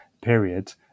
period